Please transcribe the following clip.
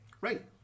Right